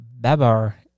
babar